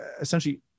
essentially